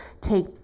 take